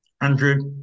andrew